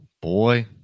Boy